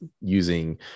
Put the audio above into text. using